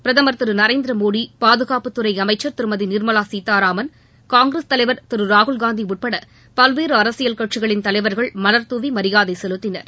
பிரதமர் திரு நரேந்திரமோடி பாதுகாப்புத்துறை அமைச்சர் திருமதி நிர்மலா சீத்தாராமன் காங்கிரஸ் தலைவர் திரு ராகுல்காந்தி உட்பட பல்வேறு அரசியல் கட்சிகளின் தலைவர்கள் மலர்தூவி மரியாதை செலுத்தினர்